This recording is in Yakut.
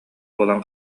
буолан